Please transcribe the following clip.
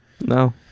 No